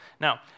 Now